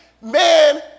man